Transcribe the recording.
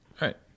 Right